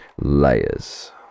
Layers